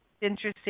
interesting